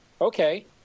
okay